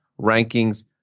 rankings